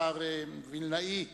השר וילנאי,